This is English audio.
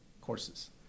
courses